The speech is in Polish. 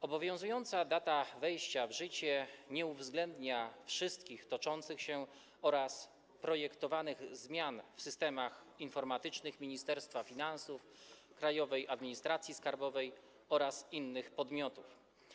Obowiązująca data wejścia w życie nie uwzględnia wszystkich dokonywanych oraz projektowanych zmian w systemach informatycznych Ministerstwa Finansów, Krajowej Administracji Skarbowej oraz innych podmiotów.